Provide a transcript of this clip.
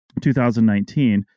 2019